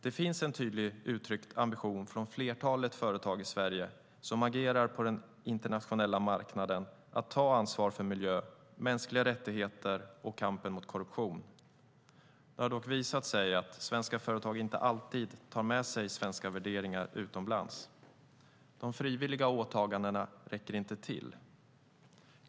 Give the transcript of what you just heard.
Det finns en tydligt uttryckt ambition från flertalet företag som agerar på internationella marknader att ta ansvar för miljö, mänskliga rättigheter och kampen mot korruption. Det har dock visat sig att svenska företag inte alltid tar med sig svenska värderingar utomlands. De frivilliga åtagandena räcker inte till.